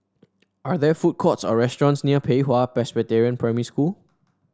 are there food courts or restaurants near Pei Hwa Presbyterian Primary School